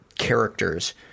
Characters